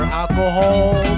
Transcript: alcohol